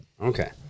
Okay